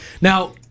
Now